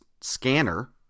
scanner